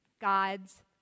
God's